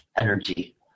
energy